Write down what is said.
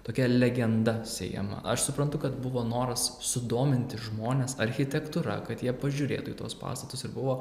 tokia legenda sėjama aš suprantu kad buvo noras sudominti žmones architektūra kad jie pažiūrėtų į tuos pastatus ir buvo